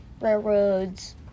railroads